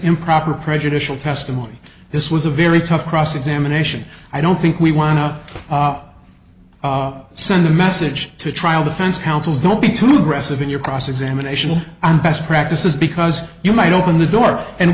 improper prejudicial testimony this was a very tough cross examination i don't think we want to send a message to trial defense counsels don't be too aggressive in your cross examination and best practice is because you might open the door and